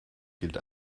gilt